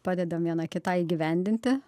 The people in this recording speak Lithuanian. padedam viena kitai įgyvendinti